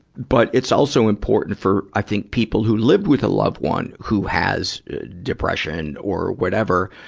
but, it's also important for, i think, people who lived with a loved one who has depression or whatever,